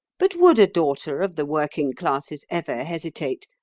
but would a daughter of the working classes ever hesitate,